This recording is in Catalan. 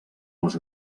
les